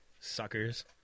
Suckers